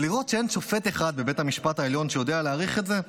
לראות שאין שופט אחד בבית המשפט העליון שיודע להעריך את זה,